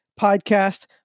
podcast